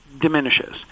diminishes